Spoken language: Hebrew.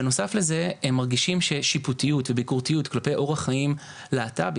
בנוסף לזה הם מרגישים שיפוטיות וביקורתיות כלפי אורח חיים להט"בי,